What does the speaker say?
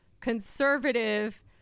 conservative